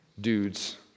dudes